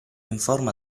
informa